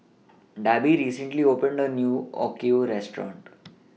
Debby recently opened A New Okayu Restaurant